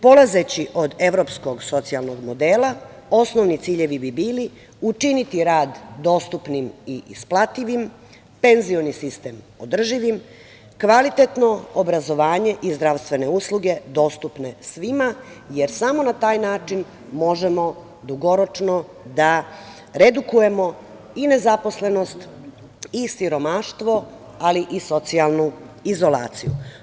Polazeći od evropskog socijalnog modela, osnovni ciljevi bi bili – učiniti rad dostupnim i isplativim, penzioni sistem održivim, kvalitetno obrazovanje i zdravstvene usluge dostupne svima, jer samo na taj način možemo dugoročno da redukujemo i nezaposlenost i siromaštvo, ali i socijalnu izolaciju.